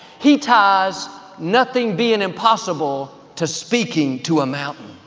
he ties nothing being impossible to speaking to a mountain.